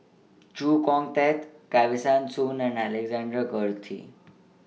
Chee Kong Tet Kesavan Soon and Alexander Guthrie